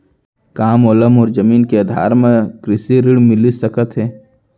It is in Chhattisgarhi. का मोला मोर जमीन के आधार म कृषि ऋण मिलिस सकत हे?